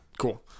Cool